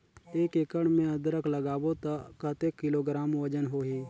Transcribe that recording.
एक एकड़ मे अदरक लगाबो त कतेक किलोग्राम वजन होही?